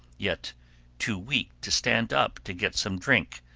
yet too weak to stand up to get some drink.